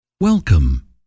Welcome